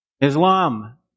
Islam